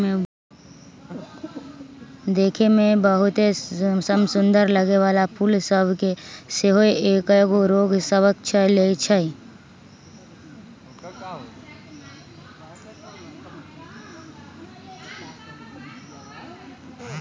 देखय में बहुते समसुन्दर लगे वला फूल सभ के सेहो कएगो रोग सभ ध लेए छइ